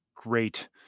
great